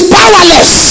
powerless